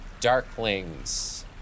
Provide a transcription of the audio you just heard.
Darklings